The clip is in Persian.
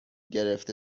گرفته